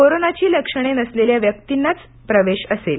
कोरोनाची लक्षणे नसलेल्या व्यक्तींनाच प्रवेश असेल